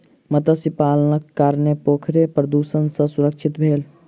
मत्स्य पालनक कारणेँ पोखैर प्रदुषण सॅ सुरक्षित भेल